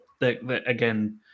Again